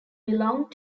belonged